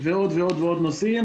ועוד ועוד נושאים,